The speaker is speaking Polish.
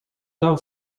dał